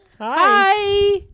Hi